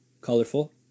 colorful